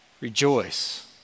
Rejoice